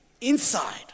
inside